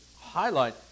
highlight